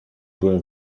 byłem